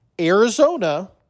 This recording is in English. Arizona